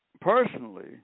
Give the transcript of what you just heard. personally